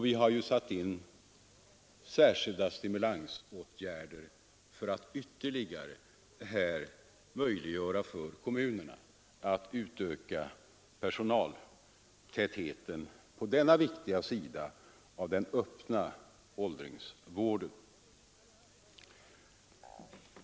Vi har satt in särskilda stimulansåtgärder för att ytterligare möjliggöra för kommunerna att öka personaltätheten på denna viktiga sektor av den öppna åldringsvården.